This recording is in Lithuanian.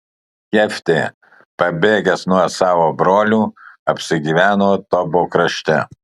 jeftė pabėgęs nuo savo brolių apsigyveno tobo krašte